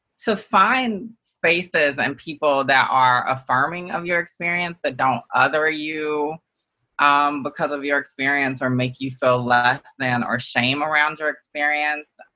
to find spaces and people that are affirming of your experience, that don't other you um because of your experience, or make you feel less than or shame around your experience.